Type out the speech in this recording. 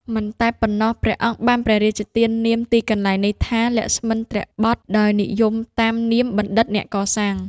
មិនតែប៉ុណ្ណោះ ព្រះអង្គបានព្រះរាជទាននាមទីកន្លែងនេះថា លក្ស្មិន្ទ្របថ ដោយនិយមតាមនាមបណ្ឌិតអ្នកកសាង ។